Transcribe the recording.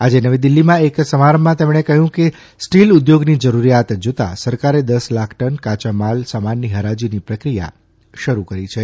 આજે નવી દિલ્હીમાં એક સમારંભમાં તેમણે કહ્યું કે સ્ટીલ ઉદ્યોગની જરૂરિયાત જોતાં સરકારે દસ લાખ ટન કાચા માલ સામાનની હરાજીની પ્રક્રિયા શરૂ કરી છે